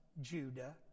Judah